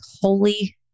holy